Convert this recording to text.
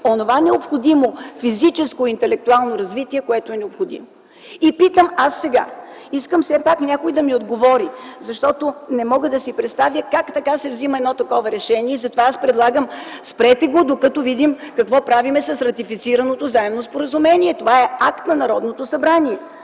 онова физическо и интелектуално развитие, което е необходимо. Питам аз сега, искам все пак някой да ми отговори, защото не мога да си представя как така се взема такова решение. Затова предлагам: спрете го, докато видим какво правим с ратифицираното заемно споразумение. Това е законодателен акт на Народното събрание.